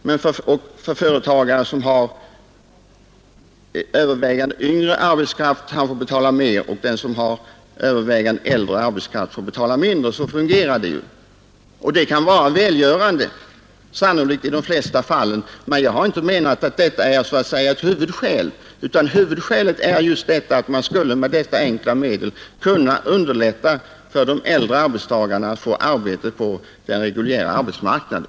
Men företagare med övervägande yngre arbetskraft får betala mer, och den som har övervägande äldre arbetskraft betalar mindre. Så fungerar ett dylikt system. Detta kan sannolikt också i de flesta fall vara välgörande. Men jag har inte menat att det i och för sig är ett huvudskäl, utan huvudskälet är att vi med detta enkla medel kan underlätta för de äldre arbetstagarna att erhålla arbete på den reguljära arbetsmarknaden.